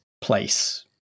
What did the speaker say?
place